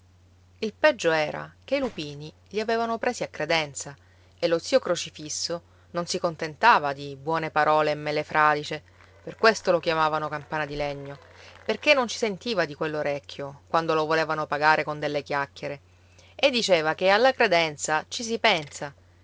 il peggio era che i lupini li avevano presi a credenza e lo zio crocifisso non si contentava di buone parole e mele fradicie per questo lo chiamavano campana di legno perché non ci sentiva di quell'orecchio quando lo volevano pagare con delle chiacchiere e diceva che alla credenza ci si pensa